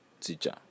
teacher